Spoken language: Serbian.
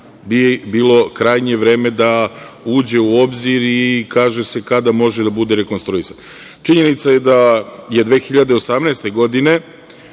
put bilo krajnje vreme da uđe u obzira i kaže se kada može da bude rekonstruisan. Činjenica je da 2018. godine,